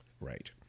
Right